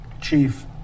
Chief